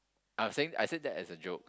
I'm saying I said that as a joke